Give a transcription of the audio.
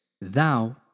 Thou